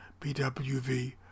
bwv